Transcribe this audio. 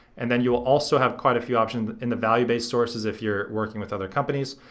and then you will also have quite a few options in the value-based sources if you're working with other companies.